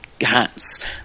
hats